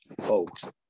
folks